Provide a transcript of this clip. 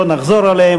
לא נחזור עליהן,